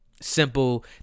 simple